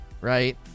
right